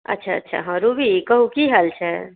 अच्छा अच्छा हँ रूबी कहू की हाल छै